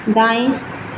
दाएँ